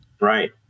Right